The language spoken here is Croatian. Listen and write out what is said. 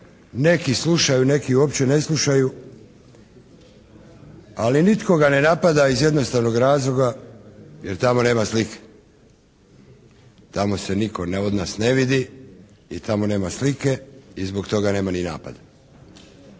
neki slušaju, neki uopće ne slušaju. Ali nitko ga ne napada iz jednostavnog razloga jer tamo nema slike. Tamo se nitko od nas ne vidi i tamo nema slike i zbog toga nema ni napada.